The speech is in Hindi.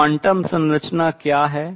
क्वांटम संरचना क्या है